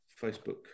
facebook